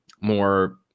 more